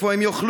איפה הם יאכלו?